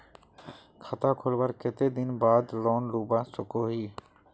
खाता खोलवार कते दिन बाद लोन लुबा सकोहो ही?